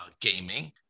gaming